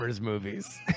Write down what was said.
movies